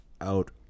out